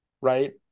right